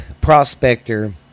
prospector